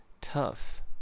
tough